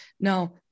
Now